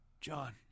John